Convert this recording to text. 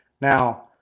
Now